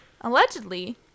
Allegedly-